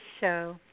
show